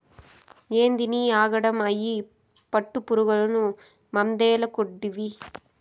ఏందినీ ఆగడం, అయ్యి పట్టుపురుగులు మందేల కొడ్తివి